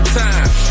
time